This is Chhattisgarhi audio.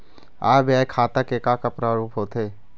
आय व्यय खाता के का का प्रारूप होथे?